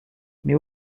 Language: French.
mais